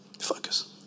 Focus